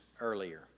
earlier